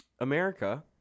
America